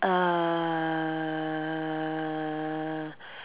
err